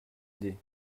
idée